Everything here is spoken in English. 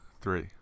three